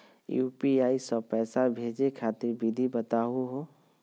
UPI स पैसा भेजै खातिर विधि बताहु हो?